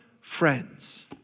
friends